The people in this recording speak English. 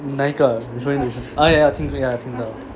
那一个 ah ya 我听啊听到